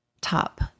top